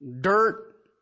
dirt